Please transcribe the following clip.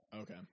okay